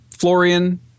Florian